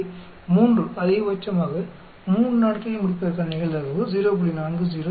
எனவே 3 அதிகபட்சமாக 3 நாட்களில் முடிப்பதற்கான நிகழ்தகவு 0